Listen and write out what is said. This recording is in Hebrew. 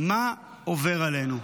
מה עובר עלינו?